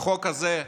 החוק הזה,